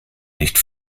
nicht